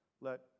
Let